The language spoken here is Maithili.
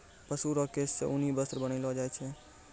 पशु रो केश से ऊनी वस्त्र बनैलो छै